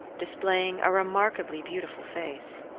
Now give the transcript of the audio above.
displaying a remarkably beautiful face.